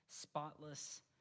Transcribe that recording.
spotless